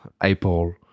apple